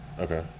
okay